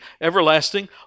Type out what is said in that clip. everlasting